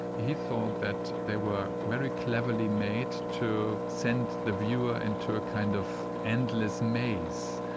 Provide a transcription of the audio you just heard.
he thought that they were very cleverly made to send the viewer into a kind of endless maze,